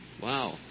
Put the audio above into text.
Wow